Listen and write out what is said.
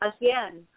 again